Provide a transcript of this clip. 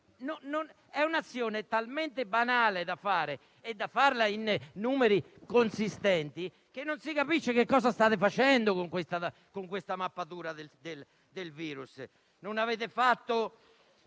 È un'azione talmente banale da fare, realizzandola su numeri consistenti, che non si capisce cosa state facendo con questa mappatura del virus. Non avete fatto